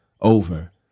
over